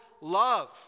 love